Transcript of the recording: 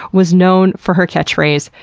was known for her catch-phrase,